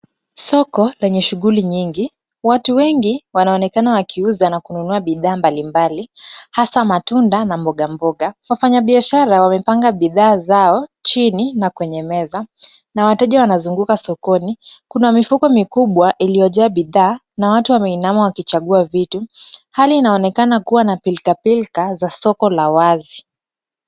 Soko lenye shughuli nyingi, watu wengi wanaonekana wakiuza na kununua bidhaa mbalimbali, hasa matunda na mboga mboga. Wafanyabiashara wamepanga bidhaa zao chini na kwenye meza, na wateja wanazunguka sokoni. Kuna mifuko mikubwa iliyojaa bidhaa na watu wameinama wakichagua vitu. Hali inaonekana kuwa na pilka pilka za soko la wazi.